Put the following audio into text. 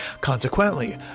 Consequently